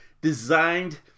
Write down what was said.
Designed